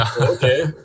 okay